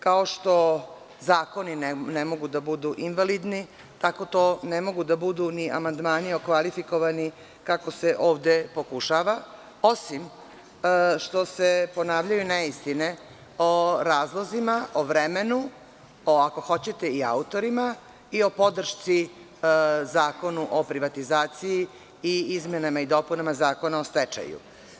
Kao što zakoni ne mogu da budu invalidni, tako to ne mogu da budu ni amandmani okvalifikovani, kako se ovde pokušava, osim što se ponavljaju neistine o razlozima, o vremenu, ako hoćete i o autorima, i o podršci Zakonuo privatizaciji i Izmenama i dopunama Zakona o stečaju.